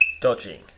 dodging